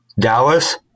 Dallas